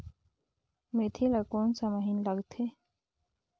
मेंथी ला कोन सा महीन लगथे?